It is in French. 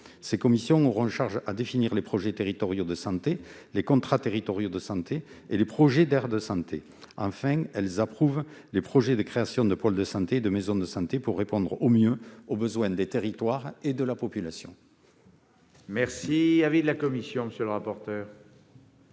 Ces commissions seraient chargées de définir les projets territoriaux de santé, les contrats territoriaux de santé et les projets d'aire de santé et d'approuver les projets de création de pôle de santé et de maisons de santé, afin de répondre au mieux aux besoins des territoires et de la population.